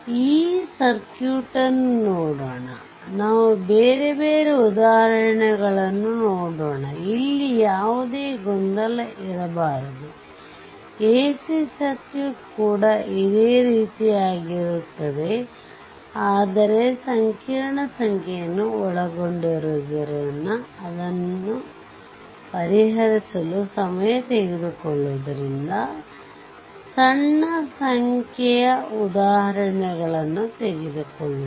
ಈ ಸರ್ಕ್ಯೂಟ್ ಅನ್ನು ನೋಡೋಣ ನಾವು ಬೇರೆ ಬೇರೆ ಉದಾಹರಣೆಗಳನ್ನು ನೋಡೋಣಇಲ್ಲಿ ಯಾವುದೇ ಗೊಂದಲ ಇರಬಾರದು ಎಸಿ ಸರ್ಕ್ಯೂಟ್ ಕೂಡ ಇದೇ ರೀತಿಯದ್ದಾಗಿರುತ್ತದೆ ಆದರೆ ಸಂಕೀರ್ಣ ಸಂಖ್ಯೆಯು ಒಳಗೊಂಡಿರುವುದರಿಂದ ಅದನ್ನು ಪರಿಹರಿಸಲು ಸಮಯ ತೆಗೆದುಕೊಳ್ಳುವುದರಿಂದ ಸಣ್ಣ ಸಂಖ್ಯೆಯ ಉದಾಹರಣೆಗಳನ್ನು ತೆಗೆದುಕೊಳ್ಳುವ